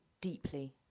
deeply